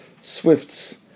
Swifts